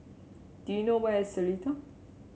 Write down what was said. do you know where is Seletar